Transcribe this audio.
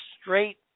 straight